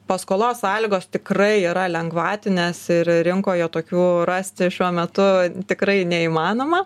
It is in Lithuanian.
paskolos sąlygos tikrai yra lengvatinės ir rinkoje tokių rasti šiuo metu tikrai neįmanoma